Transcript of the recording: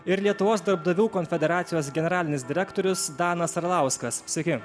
ir lietuvos darbdavių konfederacijos generalinis direktorius danas arlauskas sveiki